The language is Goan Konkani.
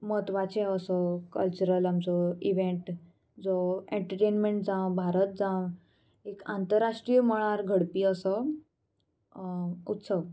म्हत्वाचें असो कल्चरल आमचो इवेंट जो एन्टरटेनमेंट जावं भारत जावं एक आंतरराष्ट्रीय मळार घडपी असो उत्सव